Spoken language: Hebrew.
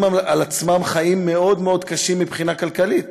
על עצמם חיים מאוד קשים מבחינה כלכלית,